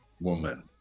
woman